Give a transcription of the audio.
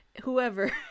whoever